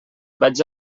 vaig